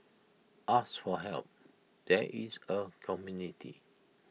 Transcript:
ask for help there is A community